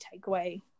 takeaway